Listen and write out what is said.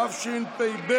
התשפ"ב